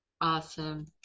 Awesome